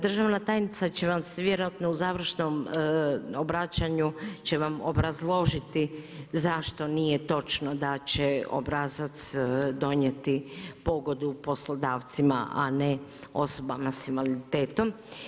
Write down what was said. Državna tajnica će vam vjerojatno u završnom obraćanju obrazložiti zašto nije točno da će obrazac donijeti pogodu poslodavcima, a ne osobama s invaliditetom.